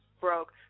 broke